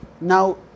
now